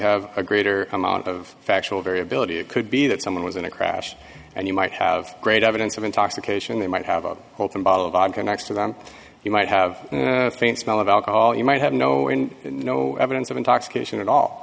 have a greater amount of factual variability it could be that someone was in a crash and you might have great evidence of intoxication they might have a welcome bottle of vodka next to them you might have a faint smell of alcohol you might have no and no evidence of intoxication at all